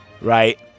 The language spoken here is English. Right